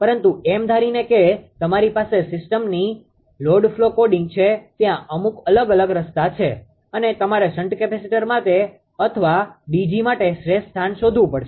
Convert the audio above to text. પરંતુ એમ ધારીને કે તમારી પાસે સીસ્ટમની લોડ ફ્લો કોડિંગ છે ત્યાં અમુક અલગ અલગ રસ્તા છે અને તમારે શન્ટ કેપેસીટર માટે અથવા DG માટે શ્રેષ્ઠ સ્થાન શોધવું પડશે